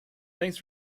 thanks